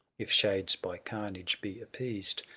if shades by carnage be appeased,